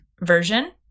version